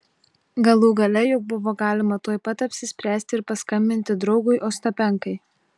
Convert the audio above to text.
galų gale juk buvo galima tuoj pat apsispręsti ir paskambinti draugui ostapenkai